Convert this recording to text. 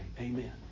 Amen